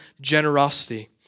generosity